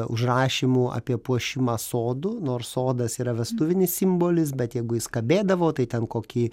užrašymų apie puošimą sodų nors sodas yra vestuvinis simbolis bet jeigu jis kabėdavo tai ten kokį